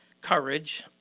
courage